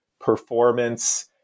performance